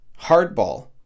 Hardball